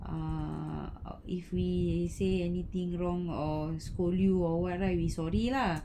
uh if we say anything wrong or scold you or what right we sorry lah